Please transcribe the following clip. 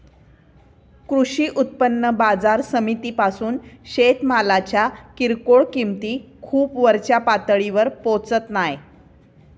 कृषी उत्पन्न बाजार समितीपासून शेतमालाच्या किरकोळ किंमती खूप वरच्या पातळीवर पोचत नाय